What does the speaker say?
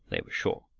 they were sure.